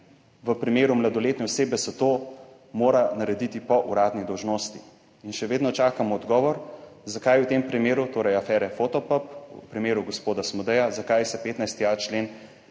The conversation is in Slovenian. v primeru mladoletne osebe, se to mora narediti po uradni dolžnosti in še vedno čakamo odgovor, zakaj v tem primeru, torej afere Fotopub, v primeru gospoda Smodeja, zakaj se 15.a člen